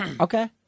Okay